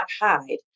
hide